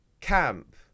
camp